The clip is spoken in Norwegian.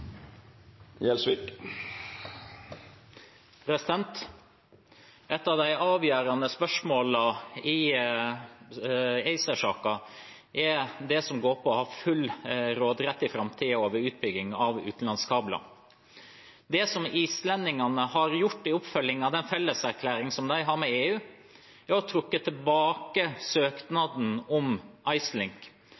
Et av de avgjørende spørsmålene i ACER-saken er det som går på å ha full råderett i framtiden over utbygging av utenlandskabler. Det islendingene har gjort i oppfølgingen av felleserklæringen de har med EU, er å trekke tilbake